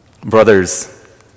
Brothers